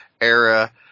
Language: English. era